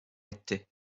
etti